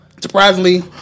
Surprisingly